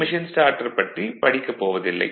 machine starter பற்றி படிக்கப் போவதில்லை